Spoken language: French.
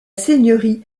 seigneurie